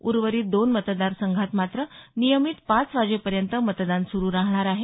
उर्वरित दोन मतदारसंघात मात्र नियमीत पाच वाजेपर्यंत मतदान सुरू राहणार आहे